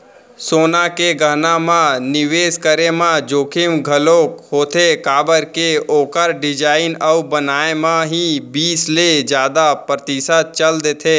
सोना के गहना म निवेस करे म जोखिम घलोक होथे काबर के ओखर डिजाइन अउ बनाए म ही बीस ले जादा परतिसत चल देथे